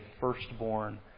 firstborn